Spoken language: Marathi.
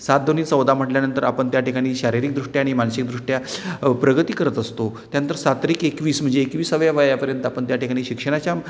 सात दुनी चौदा म्हटल्यानंतर आपण त्याठिकाणी शारीरिकदृष्ट्या आणि मानसिकदृष्ट्या प्रगती करत असतो त्यानंतर सात त्रिक एकवीस म्हणजे एकवीसाव्या वयापर्यंत आपण त्याठिकाणी शिक्षणाच्या